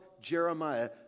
Jeremiah